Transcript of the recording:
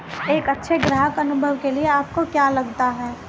एक अच्छे ग्राहक अनुभव के लिए आपको क्या लगता है?